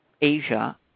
Asia